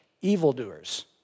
evildoers